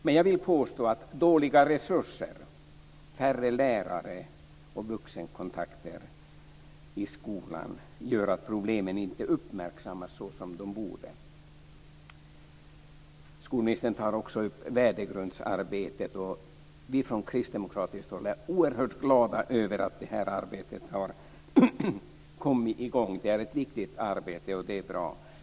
Men jag vill påstå att dåliga resurser, färre lärare och vuxenkontakter i skolan gör att problemen inte uppmärksammas så som de borde. Skolministern tar också upp värdegrundsarbetet. Vi från kristdemokratiskt håll är oerhört glada över att det arbetet har kommit i gång. Det är ett viktigt arbete. Det är bra.